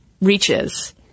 reaches